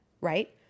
right